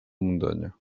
muntanya